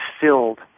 filled